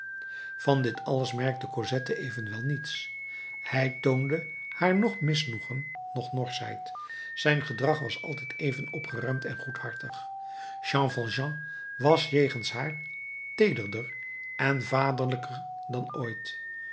van dit alles merkte cosette evenwel niets hij toonde haar noch misnoegen noch norschheid zijn gedrag was altijd even opgeruimd en goedhartig jean valjean was jegens haar teederder en vaderlijker dan ooit